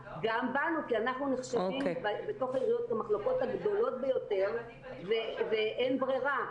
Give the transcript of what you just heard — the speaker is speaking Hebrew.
גם בנו כי אנחנו נחשבים בתוך העיריות כמחלקות הגדולות ביותר ואין ברירה.